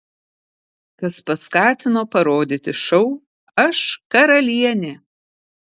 kas paskatino parodyti šou aš karalienė